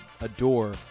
adore